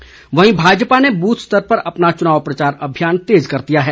प्रचार चम्बा वहीं भाजपा ने बूथ स्तर पर अपना चुनाव प्रचार अभियान तेज कर दिया है